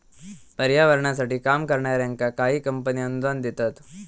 पर्यावरणासाठी काम करणाऱ्यांका काही कंपने अनुदान देतत